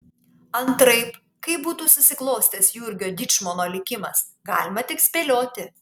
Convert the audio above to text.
antraip kaip būtų susiklostęs jurgio dyčmono likimas galima tik spėlioti